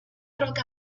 roca